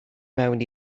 mewn